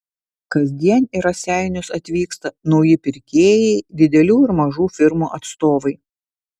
kasdien į raseinius atvyksta nauji pirkėjai didelių ir mažų firmų atstovai